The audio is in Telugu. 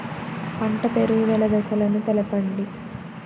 పంట పెరుగుదల దశలను తెలపండి?